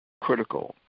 critical